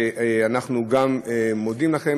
אנחנו מודים גם לכם.